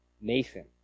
Nathan